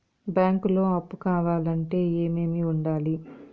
బ్యాంకులో అప్పు కావాలంటే ఏమేమి ఉండాలి?